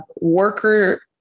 worker